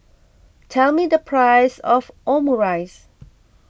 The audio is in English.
tell me the price of Omurice